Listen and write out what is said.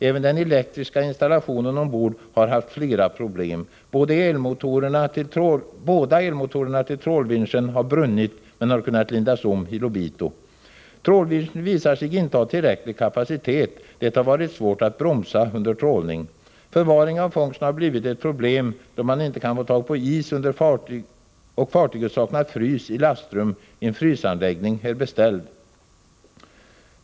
Även den elektriska installationen ombord har haft flera problem. Båda elmotorerna till trålwinschen har brunnit, men har kunnat lindas om i Lobito. Trålwinschen visar sig inte ha tillräcklig kapacitet, det har varit svårt att bromsa under trålning. Förvaring av fångster har blivit ett problem då man inte kan få tag på is och fartyget saknar frys i lastrum. En frysanläggning är beställd.